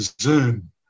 Zoom